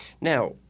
Now